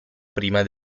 prima